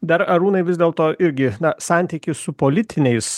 dar arūnai vis dėlto irgi na santykis su politiniais